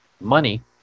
money